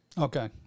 Okay